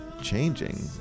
changing